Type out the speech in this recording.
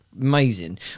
amazing